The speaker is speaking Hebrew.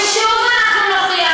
ושוב אנחנו נוכיח,